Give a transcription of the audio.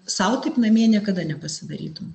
sau taip namie niekada nepasidarytum